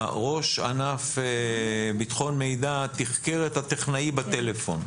ראש ענף ביטחון מידע תיחקר את הטכנאי בטלפון,